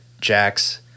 Jax